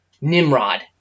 Nimrod